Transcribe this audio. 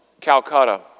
Calcutta